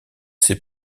ses